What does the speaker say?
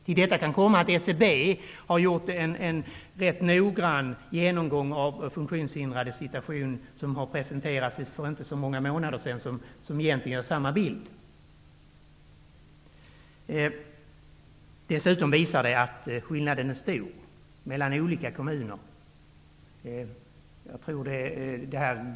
Till detta kommer att SCB har gjort en rätt noggrann genomgång av funktionshindrades situation, vilken har presenterats för inte så många månader sedan. Den genomgången ger egentligen samma bild av läget som vår undersökning. Dessutom har det visat sig att skillnaden är stor mellan olika kommuner.